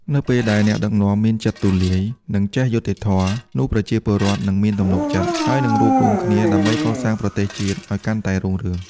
នៅពេលដែលអ្នកដឹកនាំមានចិត្តទូលាយ និងចេះយុត្តិធម៌ នោះប្រជាពលរដ្ឋនឹងមានជំនឿទុកចិត្ត ហើយនឹងរួបរួមគ្នាដើម្បីកសាងប្រទេសជាតិឱ្យកាន់តែរុងរឿង។